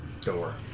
door